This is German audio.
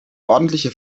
ordentliche